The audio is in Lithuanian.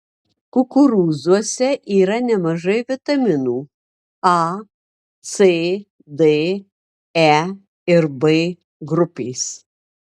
kukurūzuose yra nemažai vitaminų a c d e ir b grupės